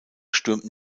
stürmten